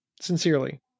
sincerely